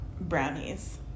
brownies